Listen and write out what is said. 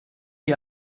ihr